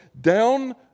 Down